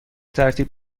ترتیب